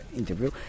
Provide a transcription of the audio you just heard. interview